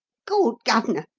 gawd, gov'nor!